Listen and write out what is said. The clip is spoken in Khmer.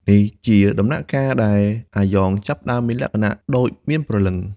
នេះជាដំណាក់កាលដែលអាយ៉ងចាប់ផ្តើមមានលក្ខណៈដូចមានព្រលឹង។